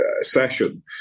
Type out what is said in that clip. session